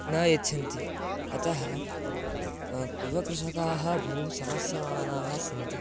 न यच्छन्ति अतः युवकृषकाः बहु समस्यमानाः सन्ति